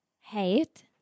Hate